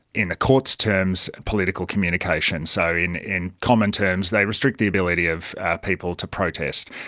in the court's terms, political communication. so in in common terms they restrict the ability of people to protest.